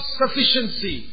sufficiency